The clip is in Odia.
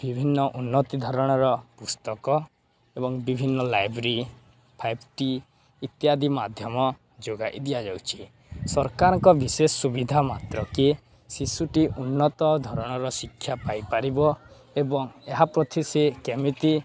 ବିଭିନ୍ନ ଉନ୍ନତି ଧରଣର ପୁସ୍ତକ ଏବଂ ବିଭିନ୍ନ ଲାଇବ୍ରେରୀ ଫାଇଭ୍ ଟି ଇତ୍ୟାଦି ମାଧ୍ୟମ ଯୋଗାଇ ଦିଆଯାଉଛି ସରକାରଙ୍କ ବିଶେଷ ସୁବିଧା ମାତ୍ର କି ଶିଶୁଟି ଉନ୍ନତ ଧରଣର ଶିକ୍ଷା ପାଇପାରିବ ଏବଂ ଏହା ପ୍ରତି ସ କେମିତି